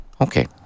Okay